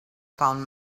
found